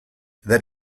that